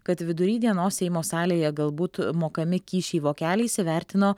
kad vidury dienos seimo salėje galbūt mokami kyšiai vokeliais įvertino